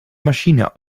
machine